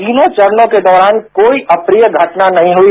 तीनों चरणों के दौरान कोई अप्रिय घटना नहीं हुई